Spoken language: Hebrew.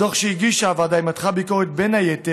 בדוח שהגישה הוועדה היא מתחה בין היתר